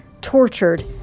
tortured